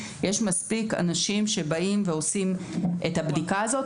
יש מספיק אנשים שבאים ועושים את הבדיקה הזאת.